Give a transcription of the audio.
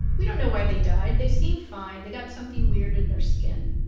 we don't know why they died. they seem fine. they got something weird in their skin.